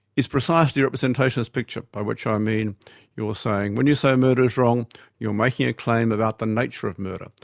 is precisely a representationalist picture, by which i mean you're saying, when you say murder is wrong you're making a claim about the nature of murder.